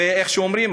ואיך שאומרים,